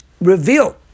reveal